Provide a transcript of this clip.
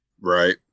right